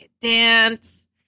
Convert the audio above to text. dance